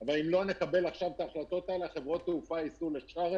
ואז אילת תחזור מהר מאוד לשגשוג.